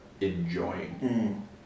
enjoying